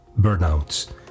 Burnouts